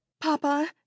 Papa